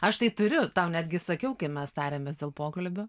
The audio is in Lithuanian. aš tai turiu tau netgi sakiau kai mes tarėmės dėl pokalbio